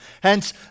Hence